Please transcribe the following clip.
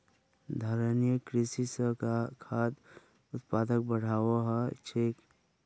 धारणिये कृषि स खाद्य उत्पादकक बढ़ववाओ ह छेक